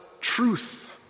truth